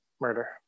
murder